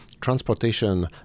transportation